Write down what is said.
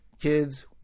kids